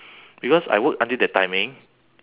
because I work until that timing